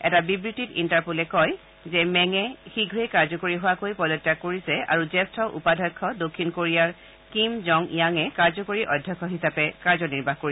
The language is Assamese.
এটা বিবৃতিত ইণ্টাৰপলে কয় যে মেঙে শীঘ্ৰে কাৰ্যকৰী হোৱাকৈ পদত্যাগ কৰিছে আৰু জ্যেষ্ঠ উপাধ্যক্ষ দক্ষিণ কোৰিয়াৰ কিম জং য়াঙে কাৰ্যকৰী অধ্যক্ষ হিচাপে কাৰ্যনিৰ্বাহ কৰিব